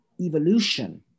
evolution